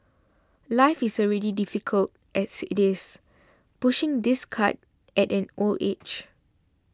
life is already difficult as it is pushing this cart at an old age